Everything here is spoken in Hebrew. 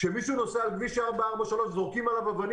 כשמישהו נוסע בכביש 443 וזורקים עליו אבנים